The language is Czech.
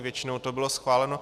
Většinou to bylo schváleno.